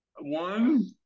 One